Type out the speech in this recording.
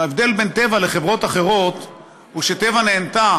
ההבדל בין טבע לחברות אחרות הוא שטבע נהנתה